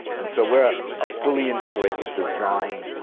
and so we're ah a fully integrated design,